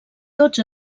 tots